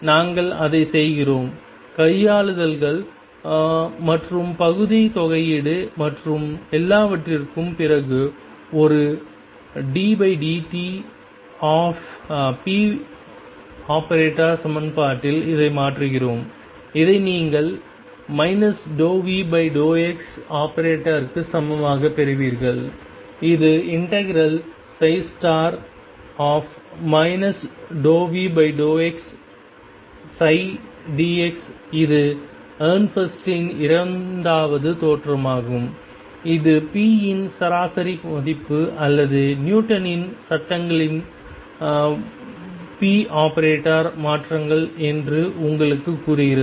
நாங்கள் அதைச் செய்கிறோம் கையாளுதல்கள் மற்றும் பகுதி தொகையீடு மற்றும் எல்லாவற்றிற்கும் பிறகு ஒரு ddt⟨p⟩ சமன்பாட்டில் இதை மாற்றுகிறோம் இதை நீங்கள் ⟨ ∂V∂x⟩ க்கு சமமாகப் பெறுவீர்கள் இது ∂V∂xψ dx இது எஹ்ரென்ஃபெஸ்டின் இரண்டாவது தேற்றமாகும் இது p இன் சராசரி மதிப்பு அல்லது நியூட்டனின் Newton's சட்டங்களின்படி ⟨p⟩ மாற்றங்கள் என்று உங்களுக்குக் கூறுகிறது